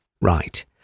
Right